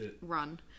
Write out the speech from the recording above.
run